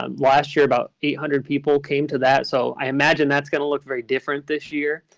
um last year about eight hundred people came to that. so i imagine that's going to look very different this year.